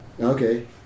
Okay